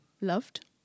loved